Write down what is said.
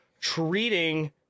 treating